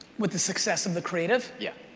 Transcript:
with the success of the creative? yeah.